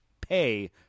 pay